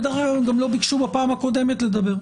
כי דרך אגב הם גם לא ביקשו בפעם הקודמת לדבר.